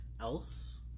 else